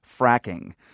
fracking